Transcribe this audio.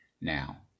now